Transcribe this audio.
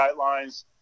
guidelines